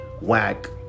whack